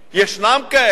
יש כאלה